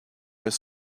his